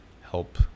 help